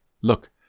Look